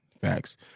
Facts